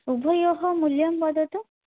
उभयोः मूल्यं वदतु